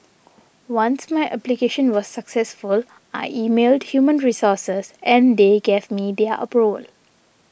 once my application was successful I emailed human resources and they gave me their aboard